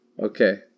Okay